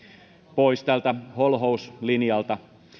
pois tältä holhouslinjalta